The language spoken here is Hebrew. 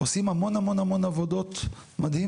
עושים המון המון עבודות מדהימות,